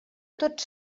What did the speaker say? tots